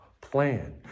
plan